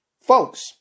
Folks